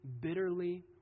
bitterly